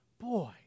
boy